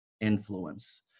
influence